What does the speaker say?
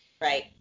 Right